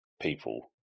people